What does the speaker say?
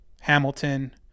Hamilton